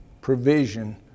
provision